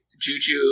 Juju